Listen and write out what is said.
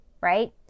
right